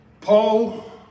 Paul